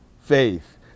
faith